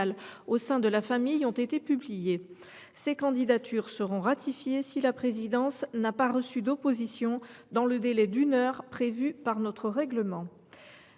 au sein de la famille ont été publiées. Ces candidatures seront ratifiées si la présidence n’a pas reçu d’opposition dans le délai d’une heure prévu par notre règlement.